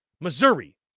Missouri